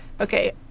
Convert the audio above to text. okay